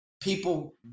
people